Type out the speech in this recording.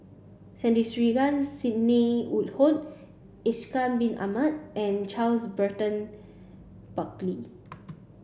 Sandrasegaran Sidney Woodhull Ishak bin Ahmad and Charles Burton Buckley